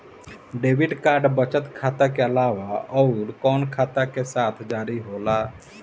Debit card बचत खाता के अलावा अउरकवन खाता के साथ जारी होला?